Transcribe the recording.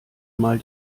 mal